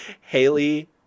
Haley